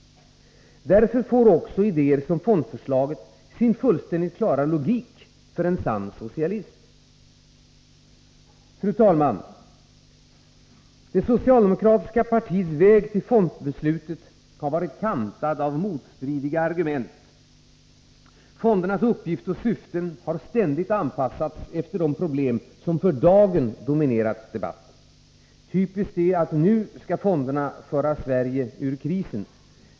Därför får också idéer som fondförslaget sin fullständigt klara logik för en sann socialist. Fru talman! Det socialdemokratiska partiets väg till fondbeslutet har varit kantad av motstridiga argument. Fondernas uppgift och syften har ständigt anpassats efter de problem som för dagen dominerat debatten. Typiskt är att fonderna nu skall föra Sverige ur krisen.